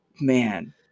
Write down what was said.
man –